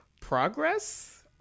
Progress